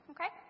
Okay